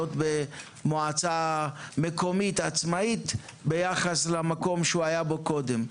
במועצה מקומית עצמאית ביחס למקום בו הוא היה קודם.